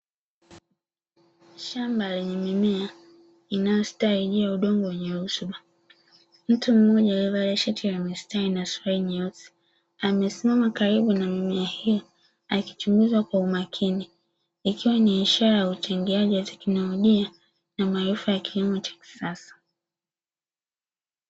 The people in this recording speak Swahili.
Shamba lenye mimea inayostaa juu ya udongo wenye rutuba mtu mmoja alivalia shati la mistari na suruali nyeusi, amesimama karibu na mimea hii akichunguzwa kwa umakini, ikiwa ni ishara ya uchangiaji kinaudia na maarifa ya kilimo cha kisasa.